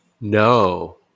No